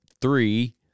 three